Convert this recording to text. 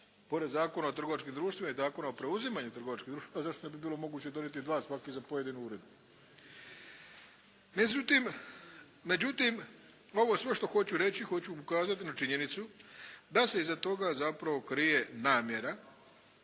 pored Zakona o trgovačkim društvima i Zakona o preuzimanju trgovačkih društava, pa zašto ne bi bilo moguće donijeti dva, svaki za pojedinu uredbu. Međutim, ovo sve što hoću reći, hoću ukazati na činjenicu da se iza toga zapravo krije namjera